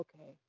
Okay